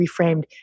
reframed